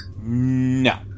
No